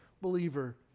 believer